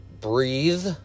breathe